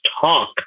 talk